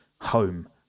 home